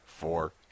Four